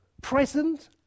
present